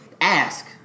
Ask